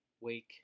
Wake